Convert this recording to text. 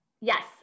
Yes